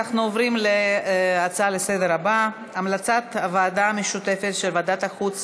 אנחנו עוברים לנושא הבא: המלצת הוועדה המשותפת של ועדת החוץ